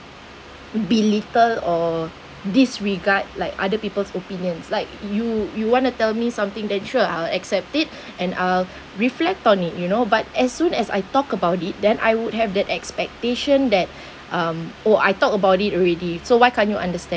belittle or disregard like other people's opinions like you you want to tell me something then sure I'll accept it and I'll reflect on it you know but as soon as I talk about it then I would have the expectation that um oh I talked about it already so why can't you understand